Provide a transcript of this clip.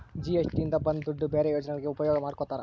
GST ಇಂದ ಬಂದ್ ದುಡ್ಡು ಬೇರೆ ಯೋಜನೆಗಳಿಗೆ ಉಪಯೋಗ ಮಾಡ್ಕೋತರ